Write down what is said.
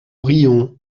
rions